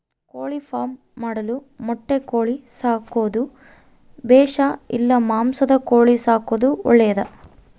ಕೋಳಿಫಾರ್ಮ್ ಮಾಡಲು ಮೊಟ್ಟೆ ಕೋಳಿ ಸಾಕೋದು ಬೇಷಾ ಇಲ್ಲ ಮಾಂಸದ ಕೋಳಿ ಸಾಕೋದು ಒಳ್ಳೆಯದೇ?